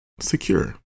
Secure